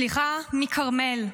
סליחה מכרמל,